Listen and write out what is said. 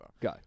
go